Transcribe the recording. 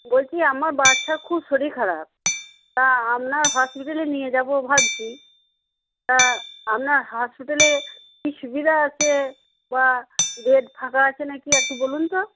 বলছি আমার বাচ্চার খুব শরীর খারাপ তা আপনার হসপিটালে নিয়ে যাবো ভাবছি তা আপনার হসপিটালে কি সুবিধা আছে বা বেড ফাঁকা আছে নাকি একটু বলুন তো